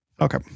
Okay